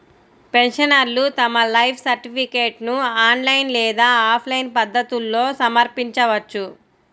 పెన్షనర్లు తమ లైఫ్ సర్టిఫికేట్ను ఆన్లైన్ లేదా ఆఫ్లైన్ పద్ధతుల్లో సమర్పించవచ్చు